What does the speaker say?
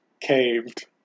caved